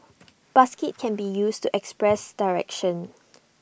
basket can be used to express direction